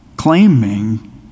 claiming